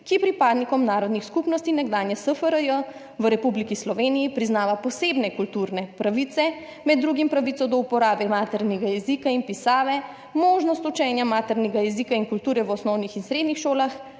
ki pripadnikom narodnih skupnosti nekdanje SFRJ v Republiki Sloveniji priznava posebne kulturne pravice, med drugim pravico do uporabe maternega jezika in pisave, možnost učenja maternega jezika in kulture v osnovnih in srednjih šolah,